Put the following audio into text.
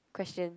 question